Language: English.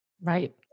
Right